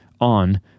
on